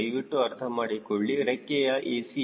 ದಯವಿಟ್ಟು ಅರ್ಥ ಮಾಡಿಕೊಳ್ಳಿ ರೆಕ್ಕೆಯ a